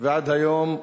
ועד היום,